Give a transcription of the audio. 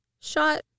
shot